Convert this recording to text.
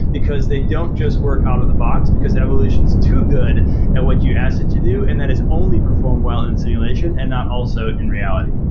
because they don't just work out of the box, because evolution is too good at what you ask it to do, and that is only perform well in simulation and not also in reality.